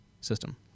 system